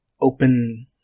open